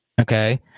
Okay